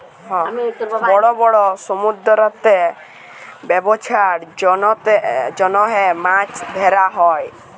বড় বড় সমুদ্দুরেতে ব্যবছার জ্যনহে মাছ ধ্যরা হ্যয়